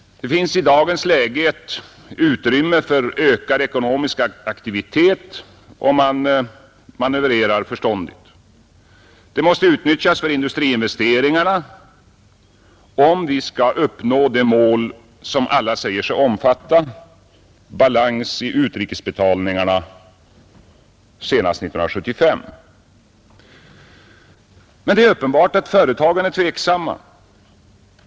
Det finns i dagens läge ett utrymme för ökad ekonomisk aktivitet, om man manövrerar förståndigt. Det måste utnyttjas till industriinvesteringarna om vi skall uppnå det mål som alla säger sig omfatta: balans i utrikesbetalningarna senast 1975. Men det är uppenbart att företagen är tveksamma.